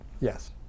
Yes